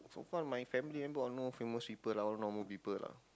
so far my family member all no famous lah all normal people lah